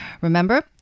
Remember